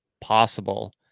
possible